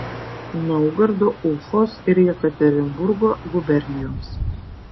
naugardo ufos ir jekaterinburgo gubernijoms